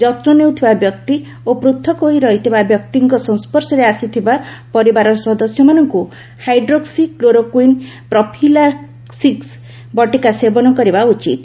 ଯତ୍ୱ ନେଉଥିବା ବ୍ୟକ୍ତି ଓ ପୃଥକ ହୋଇ ରହିଥିବା ବ୍ୟକ୍ତିଙ୍କ ସଂସର୍ଶରେ ଆସିଥିବା ପରିବାର ସଦସ୍ୟମାନେ ହାଇଡ୍ରୋକ୍ସି କ୍ଲୋରୋକୁଇନ୍ ପ୍ରଫିଲାକୁସ୍ ବଟିକା ସେବନ କରିବା ଉଚିତ୍